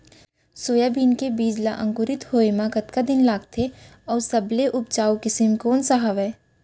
Soybean के बीज ला अंकुरित होय म कतका दिन लगथे, अऊ सबले उपजाऊ किसम कोन सा हवये?